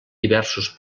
diversos